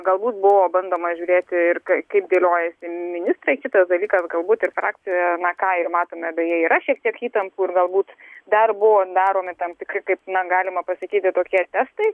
galbūt buvo bandoma žiūrėti ir kaip dėliojasi ministrai kitas dalykas galbūt ir frakcijoje na ką ir matome beje yra šiek tiek įtampų ir galbūt dar buvo daromi tam tikri kaip na galima pasakyti tokie testai